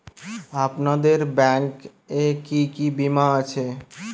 আপনাদের ব্যাংক এ কি কি বীমা আছে?